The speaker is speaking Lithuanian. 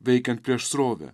veikiant prieš srovę